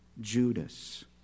Judas